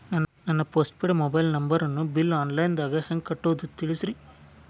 ನನ್ನ postpaid mobile ನಂಬರನ್ನು bill online ದಾಗ ಹೆಂಗ್ ಕಟ್ಟೋದು ತಿಳಿಸ್ರಿ